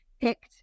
picked